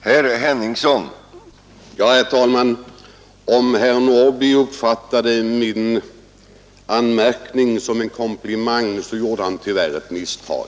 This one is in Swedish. Herr talman! Om herr Norrby i Åkersberga uppfattade min anmärkning som en komplimang, så gjorde han tyvärr ett misstag.